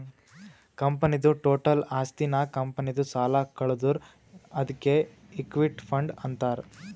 ಕಂಪನಿದು ಟೋಟಲ್ ಆಸ್ತಿ ನಾಗ್ ಕಂಪನಿದು ಸಾಲ ಕಳದುರ್ ಅದ್ಕೆ ಇಕ್ವಿಟಿ ಫಂಡ್ ಅಂತಾರ್